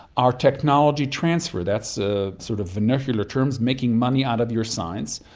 our technology transfer, that's a sort of vernacular term, making money out of your science,